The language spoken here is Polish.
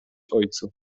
ojcu